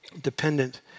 Dependent